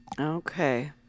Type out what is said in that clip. Okay